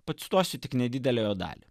pacituosiu tik nedidelę dalį